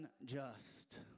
unjust